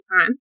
time